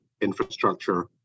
infrastructure